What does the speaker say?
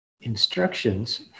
instructions